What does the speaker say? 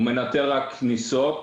הוא מנטר רק כניסות,